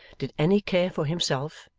did any care for himself,